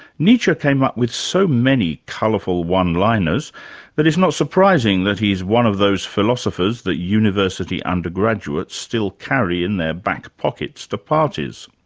nietzsche came up with so many colourful one-liners that it is not surprising that he's one of those philosophers that university undergraduates still carry in their back pockets to parties.